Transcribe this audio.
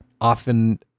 often